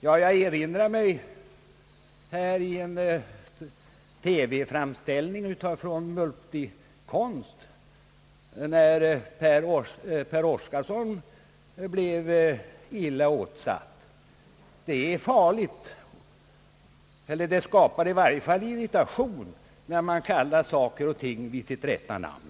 Jag erinrar mig en TV-utsändning från Multikonst, efter vilken Per Oscarsson blev illa ansatt. Det är farligt eller i varje fall skapar irritation när man kallar saker och ting vid deras rätta namn.